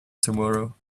tomorrow